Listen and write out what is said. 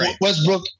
Westbrook